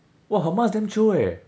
!wah! her mask damn chio eh